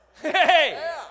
Hey